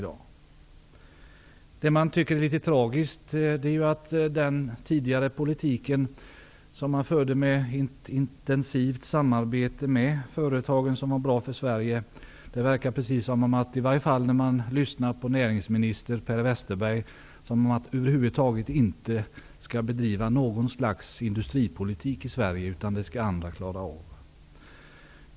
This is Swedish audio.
Det är litet tragiskt att den tidigare förda politiken med ett intensivt samarbete med de företag som var bra för Sverige har övergetts. När man lyssnar på näringsminister Per Westerberg verkar det i varje fall som att det över huvud taget inte skall bedrivas någon slags industripolitik i Sverige, utan det skall andra klara av.